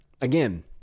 again